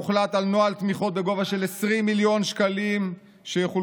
הוחלט על נוהל תמיכות בגובה של 20 מיליון שקלים שיחולקו